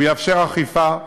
הוא יאפשר אכיפה,